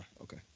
Okay